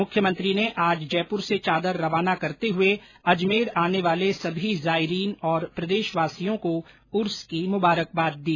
मुख्यमंत्री ने आज जयपुर से चादर रवाना करते हुए अजमेर आने वाले सभी जायरीन और प्रदेशवासियों को उर्स की मुबारकबाद दी